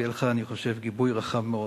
ואני חושב שיהיה לך גיבוי רחב מאוד,